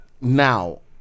Now